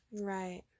Right